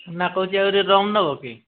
ନାଁ କହୁଛି ଆହୁରି ରମ୍ ନେବ କି